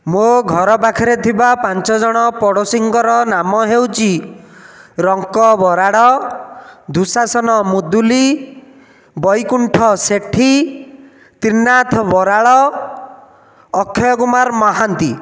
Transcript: ମୋ ଘର ପାଖରେ ଥିବା ପାଞ୍ଚଜଣ ପଡ଼ୋଶୀଙ୍କର ନାମ ହେଉଛି ରଙ୍କ ବରାଡ଼ ଦୁଶାସନ ମୁଦୁଲି ବୈକୁଣ୍ଠ ସେଠି ତ୍ରିନାଥ ବରାଳ ଅକ୍ଷୟ କୁମାର ମହାନ୍ତି